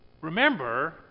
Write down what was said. Remember